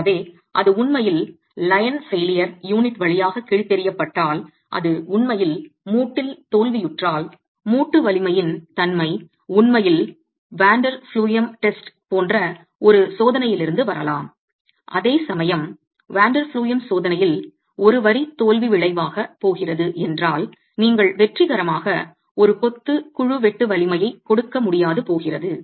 எனவே அது உண்மையில் லைன் தோல்வியுடன் யூனிட் வழியாக கிழித்தெறியப்பட்டால் அது உண்மையில் மூட்டில் தோல்வியுற்றால் மூட்டு வலிமையின் தன்மை உண்மையில் வான் டெர் ப்ளூய்ம் சோதனை போன்ற ஒரு சோதனையிலிருந்து வரலாம் அதேசமயம் வான் டெர் ப்ளூய்ம் சோதனையில் ஒரு வரி தோல்வி விளைவாக போகிறது என்றால் நீங்கள் வெற்றிகரமாக ஒரு கொத்து குழு வெட்டு வலிமையை கொடுக்க முடியாது போகிறது